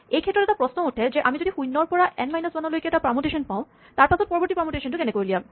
এইক্ষেত্ৰত এটা প্ৰশ্ন উঠে যে আমি যদি শূণ্যৰ পৰা এন মাইনাছ ৱানলৈকে এটা পাৰমুটেচন পাওঁ তাৰপাচত পৰবৰ্তী পাৰমুটেচনটো কেনেকে উলিয়াম